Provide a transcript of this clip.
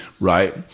right